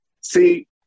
See